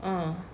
ah